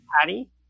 patty